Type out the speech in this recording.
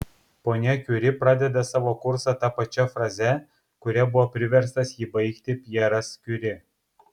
ponia kiuri pradeda savo kursą ta pačia fraze kuria buvo priverstas jį baigti pjeras kiuri